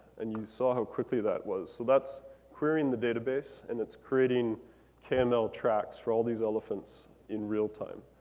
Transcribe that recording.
and you saw how quickly that was. so that's querying the database, and it's creating kml tracks for all these elephants in real time.